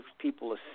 people